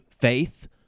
faith